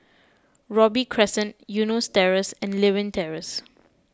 Robey Crescent Eunos Terrace and Lewin Terrace